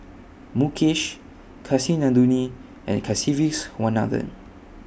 Mukesh Kasinadhuni and Kasiviswanathan